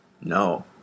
No